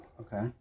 Okay